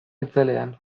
itzelean